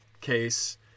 case